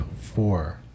four